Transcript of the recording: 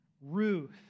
Ruth